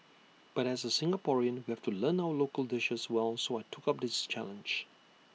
but as A Singaporean we have to learn our local dishes well so I took up this challenge